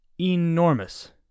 Enormous